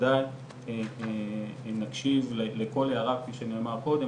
בוודאי נקשיב לכל הערה כפי שנאמר קודם,